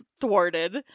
thwarted